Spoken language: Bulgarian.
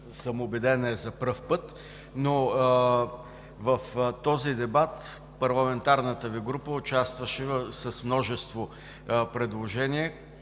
съм убеден, е за първи път, но в този дебат парламентарната Ви група участваше с множество предложения,